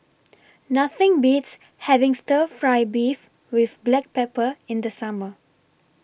Nothing Beats having Stir Fry Beef with Black Pepper in The Summer